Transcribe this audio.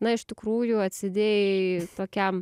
na iš tikrųjų atsidėjai tokiam